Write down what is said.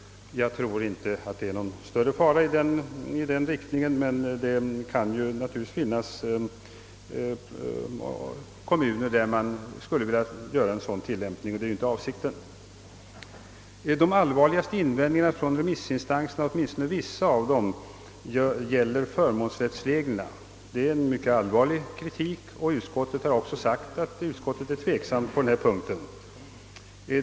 Jag tror inte att det föreligger någon större fara i denna riktning, men det kan naturligtvis finnas kommuner där man skulle vilja genomföra en sådan tillämpning, vilket inte är avsikten. De allvarligaste invändningarna hos åtminstone vissa av remissinstanserna gäller förmånsrättsreglerna. Denna kritik är mycket allvarlig och utskottet har även angivit att det ställer sig tveksamt på denna punkt.